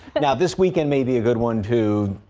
but now this weekend may be a good one too.